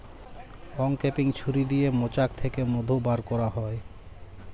uncapping ছুরি দিয়ে মোচাক থ্যাকে মধু ব্যার ক্যারা হয়